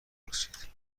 پرسید